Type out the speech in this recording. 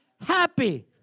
happy